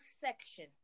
section